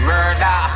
Murder